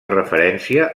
referència